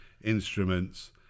instruments